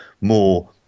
more